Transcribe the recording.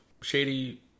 shady